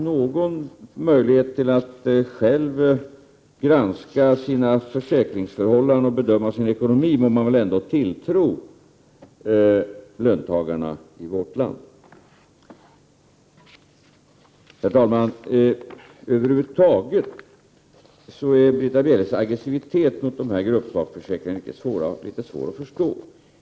Någon möjlighet att själva granska sina försäkringsförhållanden och bedöma sin ekonomi borde man ändå tilltro löntagarna i vårt land. Herr talman! Över huvud taget är Britta Bjelles aggressivitet mot dessa gruppsakförsäkringar litet svår att förstå.